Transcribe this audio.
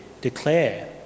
declare